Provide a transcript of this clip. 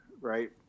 right